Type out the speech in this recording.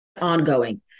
ongoing